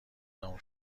تموم